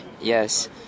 Yes